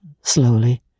slowly